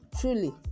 truly